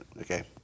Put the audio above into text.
Okay